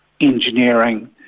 engineering